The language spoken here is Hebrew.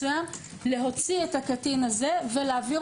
מסוים להוציא את הקטין הזה ולהעביר